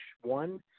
One